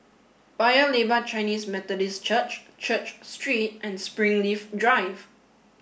Paya Lebar Chinese Methodist Church Church Street and Springleaf Drive